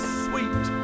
sweet